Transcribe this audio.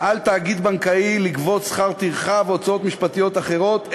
איסור על תאגיד בנקאי לגבות שכר טרחה והוצאות משפטיות אחרות,